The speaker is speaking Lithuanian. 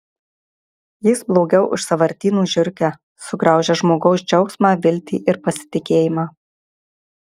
jis blogiau už sąvartynų žiurkę sugraužia žmogaus džiaugsmą viltį ir pasitikėjimą